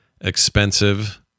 expensive